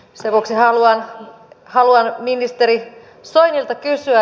sen vuoksi haluan ministeri soinilta kysyä